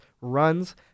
runs